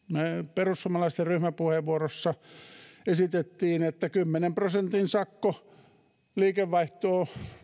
perussuomalaisten ryhmäpuheenvuorossa esitettiin että kymmenen prosentin sakko liikevaihdosta